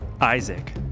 Isaac